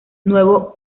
nuevo